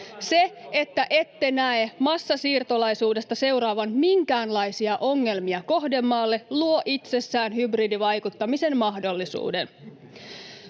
Se, että ette näe massasiirtolaisuudesta seuraavan minkäänlaisia ongelmia kohdemaalle, luo itsessään hybridivaikuttamisen mahdollisuuden.